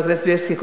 בילסקי,